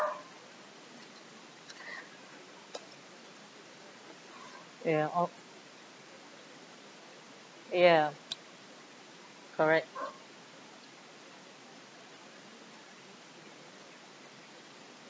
ya or ya correct